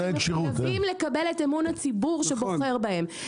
הם מחויבים לקבל את אמון הציבור שבוחר בהם,